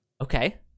Okay